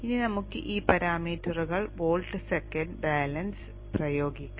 ഇനി നമുക്ക് ഈ പരാമീറ്ററുകളിൽ വോൾട്ട് സെക്കൻഡ് ബാലൻസ് പ്രയോഗിക്കാം